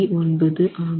9 ஆகும்